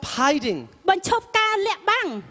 hiding